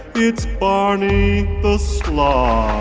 it's barney the sloth